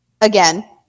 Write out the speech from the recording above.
Again